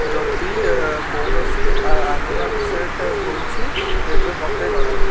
ଯଦି କୌଣସି alarm set ହୋଇଛି ତେବେ ମୋତେ ଜଣାଅ